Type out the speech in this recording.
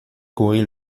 courir